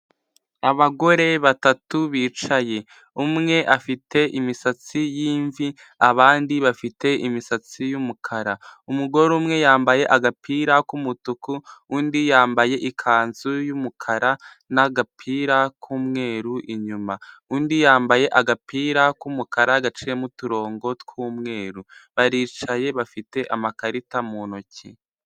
Abagore batatu bicaye, umwe afite imisatsi y'imvi, abandi bafite imisatsi y'umukara, umugore umwe yambaye agapira k'umutuku, undi yambaye ikanzu y'umukara, nagapira k'umweru inyuma, undi yambaye agapira k'umukara gaciyemo uturongo tw'umweru, baricaye bafite amakarita mu ntoki.